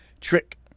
trick